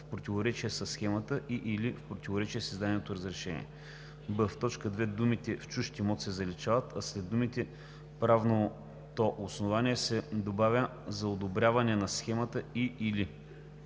в противоречие със схемата и/или в противоречие с издаденото разрешение;“ б) в т. 2 думите „в чужд имот“ се заличават, а след думите „правното основание“ се добавя „за одобряване на схемата и/или“;